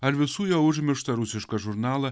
ar visų jau užmirštą rusišką žurnalą